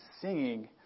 singing